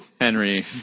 Henry